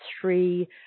three